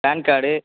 pan card